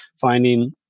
finding